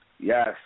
Yes